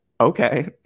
okay